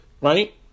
right